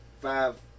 five